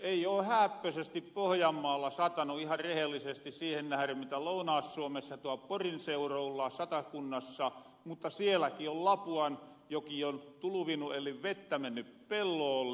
ei oo hääppösesti pohjanmaalla satanu iha rehellisesti siihen nähren mitä lounaas suomessa tuolla porin seurulla satakunnassa mutta sielläkin on lapuanjoki tuluvinu eli vettä menny pelloolle